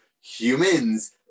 humans